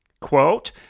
Quote